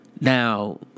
Now